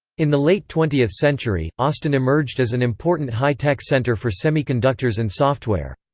in the late twentieth century, austin emerged as an important high tech center for semiconductors and software.